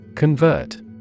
Convert